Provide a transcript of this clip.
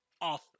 off